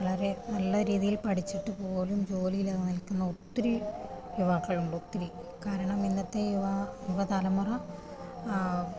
വളരെ നല്ലരീതിയിൽ പഠിച്ചിട്ടുപോലും ജോലിയില്ലാതെ നിൽക്കുന്ന ഒത്തിരി യുവാക്കളുണ്ട് ഒത്തിരി കാരണം ഇന്നത്തെ യുവ യുവതലമുറ